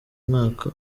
mwaka